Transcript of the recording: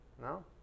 No